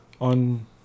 on